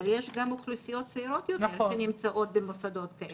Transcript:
אבל יש גם אוכלוסיות צעירות יותר שנמצאות במוסדות כאלה.